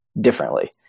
differently